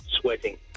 sweating